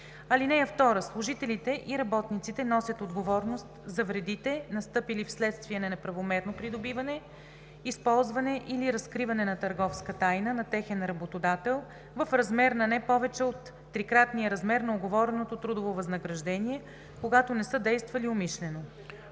тайна. (2) Служителите и работниците носят отговорност за вредите, настъпили вследствие на неправомерно придобиване, използване или разкриване на търговска тайна на техен работодател, в размер на не повече от трикратния размер на уговореното трудово възнаграждение, когато не са действали умишлено.“